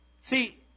see